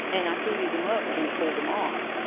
and i heated them up and pulled them off.